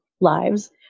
lives